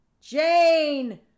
Jane